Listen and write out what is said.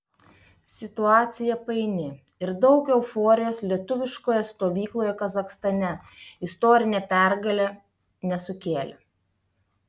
situacija paini ir daug euforijos lietuviškoje stovykloje kazachstane istorinė pergalė nesukėlė